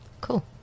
Cool